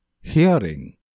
Hearing